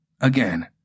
Again